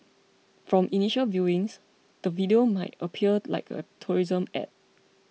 from initial viewings the video might appear like a tourism ad